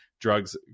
drugs